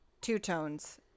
two-tones